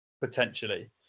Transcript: potentially